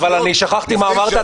אבל שכחתי מה אמרת.